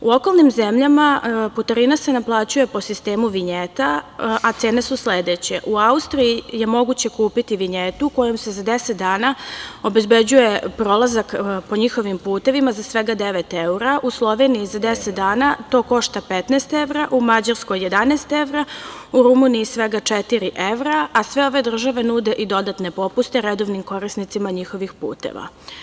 U okolnim zemljama putarina se naplaćuje po sistemu vinjeta, a cene su sledeće: u Austriji je moguće kupiti vinjetu kojom se za deset dana obezbeđuje prolazak po njihovim putevima za svega devet evra, u Sloveniji za deset dana to košta 15 evra, u Mađarskoj 11 evra, u Rumuniji svega četiri evra, a sve ove države nude i dodatne popuste redovnim korisnicima njihovih puteva.